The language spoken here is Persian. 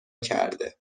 کرده